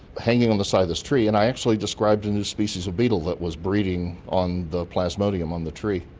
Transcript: hanging on the side of this tree, and i actually described a new species of beetle that was breeding on the plasmodium on the tree.